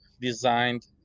designed